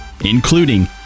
including